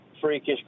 freakish